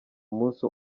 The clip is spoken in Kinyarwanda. umunsi